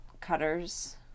cutters